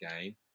game